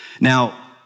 Now